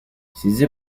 sizi